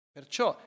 Perciò